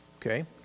okay